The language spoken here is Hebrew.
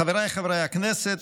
חבריי חברי הכנסת,